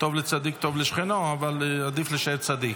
"טוב לצדיק, טוב לשכנו", אבל עדיף להישאר צדיק.